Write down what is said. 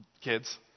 kids